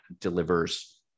delivers